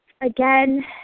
again